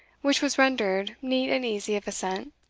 which was rendered neat and easy of ascent,